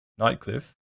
Nightcliff